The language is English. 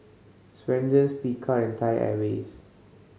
Swensens Picard and Thai Airways